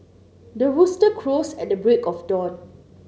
the rooster crows at the break of dawn